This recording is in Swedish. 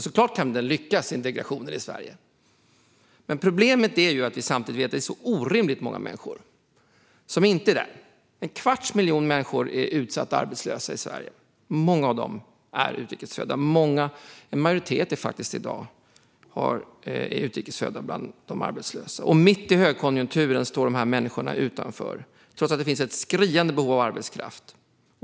Såklart kan integrationen lyckas i Sverige. Problemet är att vi samtidigt vet att det är orimligt många människor som inte är där. En kvarts miljon människor är utsatta och arbetslösa i Sverige. Många av dem är utrikes födda. En majoritet bland de arbetslösa är utrikes född. Mitt i högkonjunkturen står dessa människor utanför, trots att det finns ett skriande behov av arbetskraft.